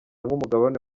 nk’umugabane